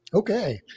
okay